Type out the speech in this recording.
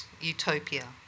utopia